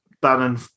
Bannon